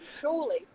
surely